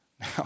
Now